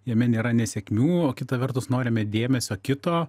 jame nėra nesėkmių o kita vertus norime dėmesio kito